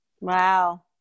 Wow